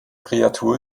kreatur